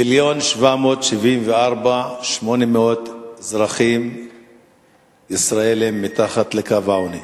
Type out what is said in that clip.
מיליון ו-774,800 אזרחים ישראלים מתחת לקו העוני.